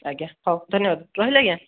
ଆଜ୍ଞା ହଉ ଧନ୍ୟବାଦ ରହିଲି ଆଜ୍ଞା